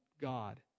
God